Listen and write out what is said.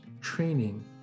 training